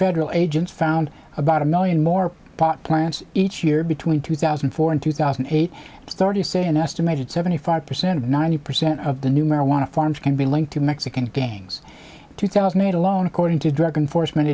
federal agents found about a million more pot plants each year between two thousand and four and two thousand and eight studies say an estimated seventy five percent of ninety percent of the new marijuana farms can be linked to mexican gangs two thousand and eight alone according to drug enforcement